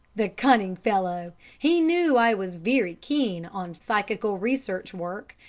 the cunning fellow! he knew i was very keen on psychical research work,